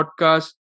podcast